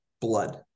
blood